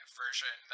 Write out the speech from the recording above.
version